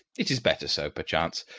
it is better so, perchance.